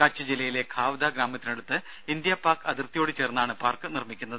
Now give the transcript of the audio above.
കച്ച് ജില്ലയിലെ ഖാവ്ദ ഗ്രാമത്തിനടുത്ത് ഇന്ത്യ പാക് അതിർത്തിയോട് ചേർന്നാണ് പാർക്ക് നിർമ്മിക്കുന്നത്